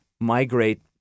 migrate